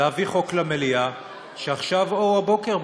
להביא חוק למליאה שעכשיו אור הבוקר בחוץ,